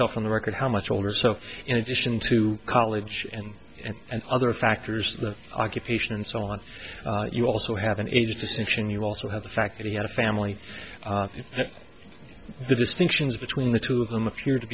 tell from the record how much older so in addition to college and other factors the occupation and so on you also have an age distinction you also have the fact that he had a family and the distinctions between the two of them appear to